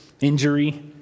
injury